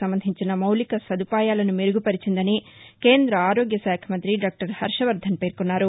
సంబంధించిన మౌలిక సదుపాయాలను మెరుగు పరిచిందని కేంద్ర ఆరోగ్య శాఖ మంత్రి దాక్టర్ హర్షవర్దన్ పేర్కొన్నారు